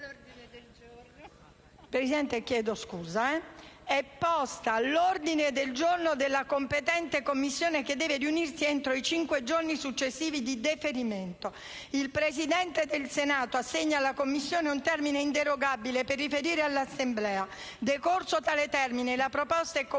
Presidente, chiedo la